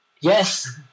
Yes